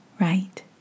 right